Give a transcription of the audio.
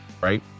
right